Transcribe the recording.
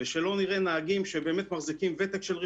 ושלא נראה נהגים שמחזיקים ותק של רישיון,